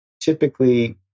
typically